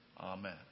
Amen